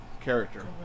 character